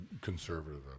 conservative